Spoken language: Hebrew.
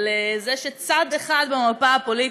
על זה שצד אחד במפה הפוליטית,